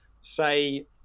say